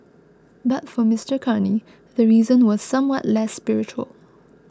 but for Mister Carney the reason was somewhat less spiritual